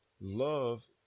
love